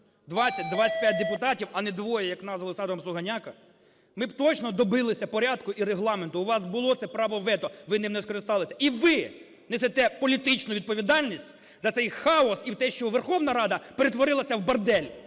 20-25 депутатів, а не двоє, як нас з Олександром Сугоняко, ми б точно добилися порядку і Регламенту. У вас було це право вето, ви ним не скористалися, і ви несете політичну відповідальність за цей хаос і те, що Верховна Рада перетворилася в бордель.